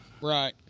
right